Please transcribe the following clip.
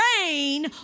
rain